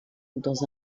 dans